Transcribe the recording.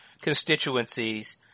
constituencies